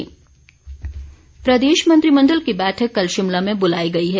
मंत्रिमंडल प्रदेश मंत्रिमंडल की बैठक कल शिमला में बुलाई गई है